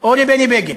או לבני בגין?